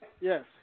yes